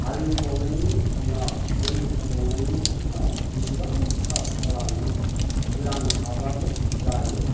हालिव बावनायनि उनाव मै होबावनायनि उनाव जिसिबां सार्च खालामो गोरान हाब्लाबो जायो